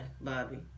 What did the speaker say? Bobby